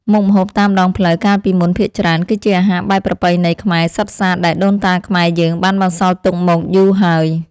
មុខម្ហូបតាមដងផ្លូវកាលពីមុនភាគច្រើន គឺជាអាហារបែបប្រពៃណីខ្មែរសុទ្ធសាធដែលដូនតាខ្មែរយើងបានបន្សល់ទុកមកយូរហើយ។